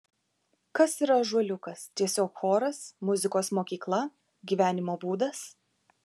kas yra ąžuoliukas tiesiog choras muzikos mokykla gyvenimo būdas